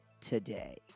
today